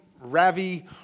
Ravi